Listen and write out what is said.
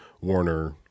Warner